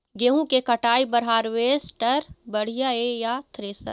गेहूं के कटाई बर हारवेस्टर बढ़िया ये या थ्रेसर?